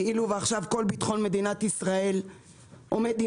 כאילו עכשיו כל ביטחון מדינת ישראל עומד על